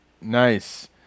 Nice